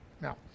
Now